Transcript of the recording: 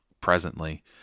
presently